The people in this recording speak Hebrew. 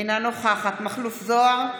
אינה נוכחת מכלוף מיקי זוהר,